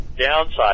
downside